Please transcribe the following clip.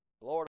Lord